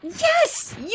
Yes